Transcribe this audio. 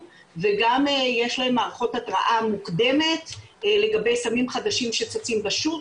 וגם יש להם מערכות התראה מוקדמת לגבי סמים חדשים שצצים בשוק.